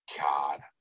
God